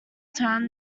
town